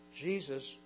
Jesus